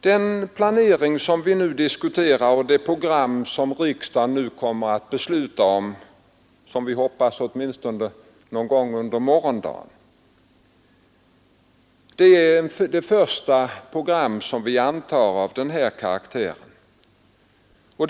Den planering som vi nu diskuterar och det program som riksdagen kommer att fatta beslut om som vi hoppas åtminstone någon gång under morgondagen — är det första program av den hä karaktären som vi antar.